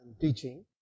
teaching